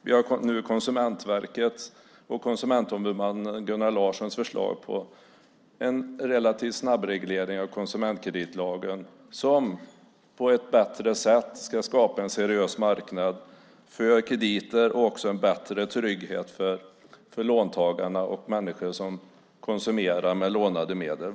Vi har Konsumentverkets och Konsumentombudsmannen Gunnar Larssons förslag på en relativt snabb reglering av konsumentkreditlagen som på ett bättre sätt ska skapa en seriös marknad för krediter och också en bättre trygghet för låntagare och människor som konsumerar med lånade medel.